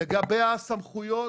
לגבי הסמכויות